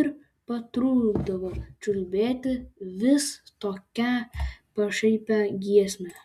ir pratrūkdavo čiulbėti vis tokią pašaipią giesmę